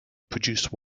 produce